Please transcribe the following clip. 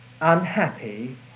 unhappy